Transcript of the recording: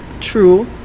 true